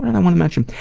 i want to mention?